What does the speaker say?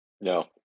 no